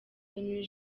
henri